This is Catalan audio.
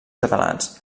catalans